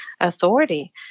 authority